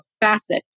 Facet